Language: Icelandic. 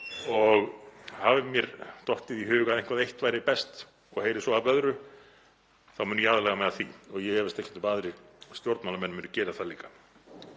Hafi mér dottið í hug að eitthvað eitt væri best og heyri svo af öðru þá mun ég aðlaga mig að því og ég efast ekkert um að aðrir stjórnmálamenn muni gera það líka.